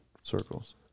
circles